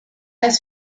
das